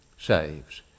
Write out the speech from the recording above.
saves